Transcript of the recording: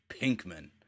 pinkman